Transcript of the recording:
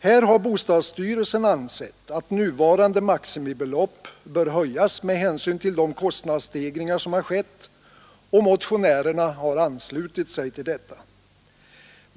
Här har bostadsstyrelsen ansett att nuvarande maximibelopp bör höjas med hänsyn till de kostnadsstegringar som skett och motionärerna har anslutit sig till detta.